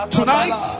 Tonight